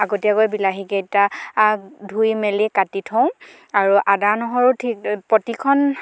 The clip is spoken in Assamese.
আগতীয়াকৈ বিলাহীকেইটা ধুই মেলি কাটি থওঁ আৰু আদা নহৰু ঠিক প্ৰতিখন